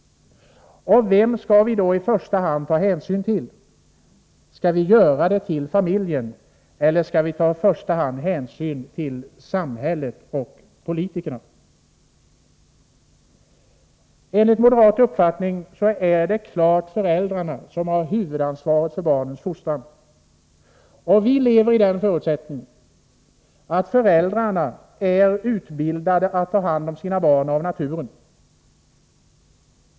Vem skall vi i första hand ta hänsyn till — är det familjen eller samhället och politikerna? Enligt moderat uppfattning är det självklart föräldrarna som har huvudansvaret för barnens fostran. Vi lever i den föreställningen att föräldrarna av naturen är utbildade att ta hand om sina barn.